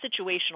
situational